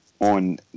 on